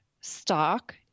stock